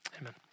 Amen